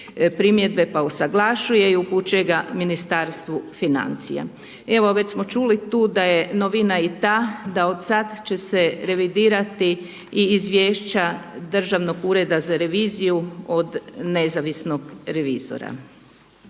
primjedbe pa usaglašuje ju i upućuje ga Ministarstvu financija. Evo, već smo čuli tu da je novina i ta da od sad će se revidirati i izvješća DUR-a od nezavisnog revizora.